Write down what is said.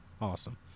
Awesome